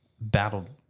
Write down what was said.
battled